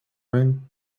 ring